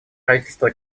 правительство